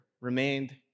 remained